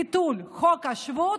ביטול חוק השבות,